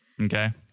Okay